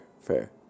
Fair